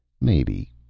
Maybe